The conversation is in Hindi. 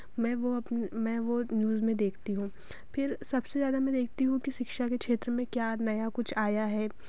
मैं वो अपने मैं वो न्यूज़ में देखती हूँ फिर सबसे ज़्यादा मैं देखती हूँ कि शिक्षा के क्षेत्र में क्या नया कुछ आया है